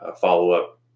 follow-up